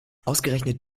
ausgerechnet